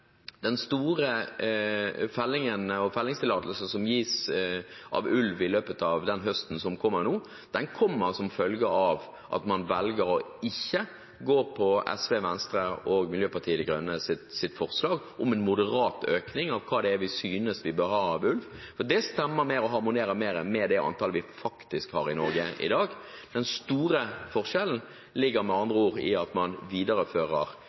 den høsten som kommer, kommer som følge av at man velger ikke å gå for SV, Venstre og Miljøpartiet De Grønnes forslag om en moderat økning av det vi synes vi bør ha av ulv, og det stemmer mer og harmonerer med det antall vi faktisk har i Norge i dag. Den store forskjellen ligger med andre ord i at man viderefører